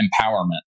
empowerment